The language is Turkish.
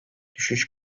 düşüş